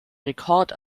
rekord